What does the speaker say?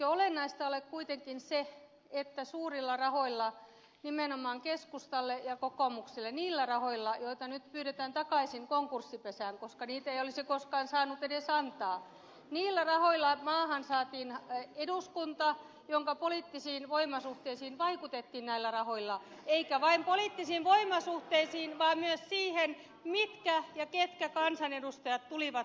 eikö olennaista ole kuitenkin se että suurilla rahoilla nimenomaan keskustalle ja kokoomukselle niillä rahoilla joita nyt pyydetään takaisin konkurssipesään koska niitä ei olisi koskaan saanut edes antaa maahan saatiin eduskunta jonka poliittisiin voimasuhteisiin vaikutettiin näillä rahoilla eikä vain poliittisiin voimasuhteisiin vaan myös siihen ketkä kansanedustajat tulivat valituiksi